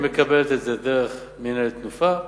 היא מקבלת את זה דרך מינהלת "תנופה".